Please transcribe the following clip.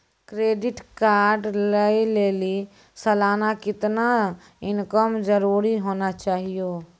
Credit card लय लेली सालाना कितना इनकम जरूरी होना चहियों?